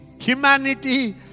humanity